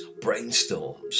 brainstorms